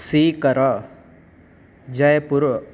Sikar जैपुरम्